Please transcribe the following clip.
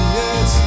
yes